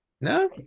no